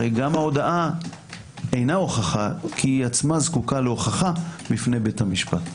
הרי גם ההודאה אינה הוכחה כי היא עצמה זקוקה להוכחה בפני בית המשפט".